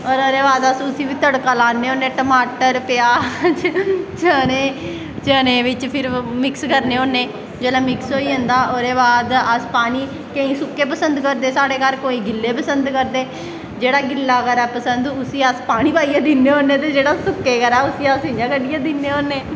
और ओह्दे बाद अस उसी बी तड़का लान्ने होन्ने टमाटर प्याज चने चनें बिच्च फिर म्क्स करने होन्ने जिसले मिक्स होई जंदा ओह्दे बाद अस पानी केंई सुक्के पसंद करदे साढ़े घर कोई गिल्ले पसंद करदे जेह्ड़ा गिल्ला करै पसंद उसी अस पानी पाइयै दिन्ने होन्ने ते जेह्ड़ा सुक्के करै उसी अस इयां कड्ढियै दिन्ने होन्ने